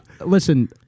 listen